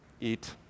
eat